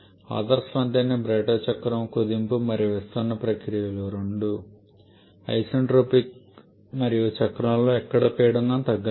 ఆదర్శవంతమైన బ్రైటన్ చక్రం కుదింపు మరియు విస్తరణ ప్రక్రియలు రెండూ ఐసెన్ట్రోపిక్ మరియు చక్రంలో ఎక్కడా పీడనం తగ్గుదల లేదు